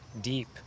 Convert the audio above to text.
deep